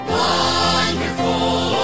wonderful